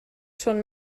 són